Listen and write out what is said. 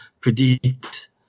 predict